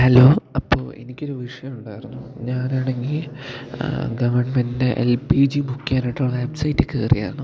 hello അപ്പോൾ എനിക്കൊരു വിഷയം ഉണ്ടായിരുന്നു ഞാനാണെങ്കിൽ ഗവൺമെൻന്റെ എൽ പ്പീ ജി ബുക്ക് ചെയ്യാനായിട്ടുള്ള വെബ്സൈറ്റിൽ കയറിയായിരുന്നു